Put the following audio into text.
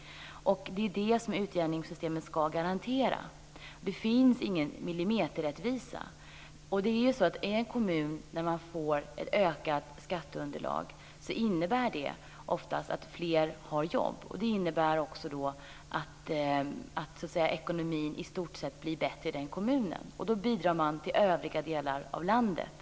Det är detta som utjämningssystemet ska garantera men det finns ingen millimeterrättvisa. När en kommun får ett ökat skatteunderlag innebär det oftast att fler har jobb och därmed att ekonomin i stort sett blir bättre i den kommunen. Då ger man sitt bidrag till övriga delar av landet.